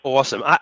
Awesome